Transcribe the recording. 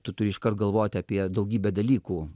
tu turi iškart galvoti apie daugybę dalykų